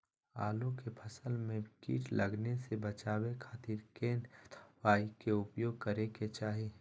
आलू के फसल में कीट लगने से बचावे खातिर कौन दवाई के उपयोग करे के चाही?